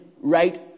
right